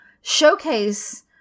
showcase